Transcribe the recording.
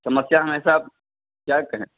समस्या हमेशा क्या कहें